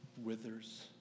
withers